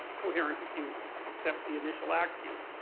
coherent if you accept the initial axioms.